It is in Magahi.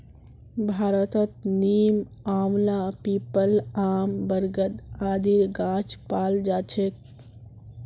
भारतत नीम, आंवला, पीपल, आम, बरगद आदिर गाछ पाल जा छेक